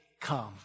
come